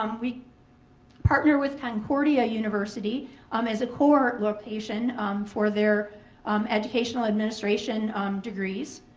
um we partner with concordia university um as a core location for their educational administration degrees.